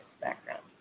background